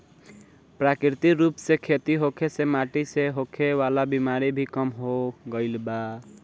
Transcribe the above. प्राकृतिक रूप से खेती होखे से माटी से होखे वाला बिमारी भी कम हो गईल बा